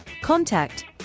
contact